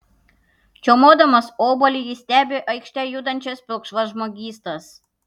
čiaumodamas obuolį jis stebi aikšte judančias pilkšvas žmogystas